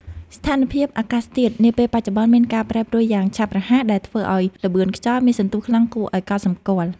ស្ថានភាពអាកាសធាតុនាពេលបច្ចុប្បន្នមានការប្រែប្រួលយ៉ាងឆាប់រហ័សដែលធ្វើឱ្យល្បឿនខ្យល់មានសន្ទុះខ្លាំងគួរឱ្យកត់សម្គាល់។